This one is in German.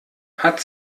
hat